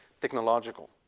technological